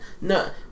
No